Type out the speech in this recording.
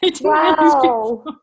Wow